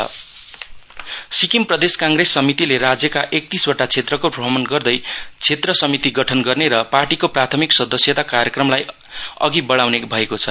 state Congress Sikkim Pradesh Congress समितिले राज्यका एकतिसवटा क्षेत्रको भ्रमण गर्दै क्षेत्रिय समिति गठन गर्ने र पार्टीको प्राथमिक सदस्यता कार्यक्रमलाई अघि बढाउने भएको छ